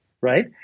right